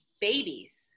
babies